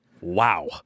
Wow